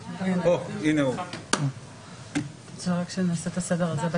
אנחנו פותחים דיון בתקנות סמכויות מיוחדות